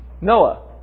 Noah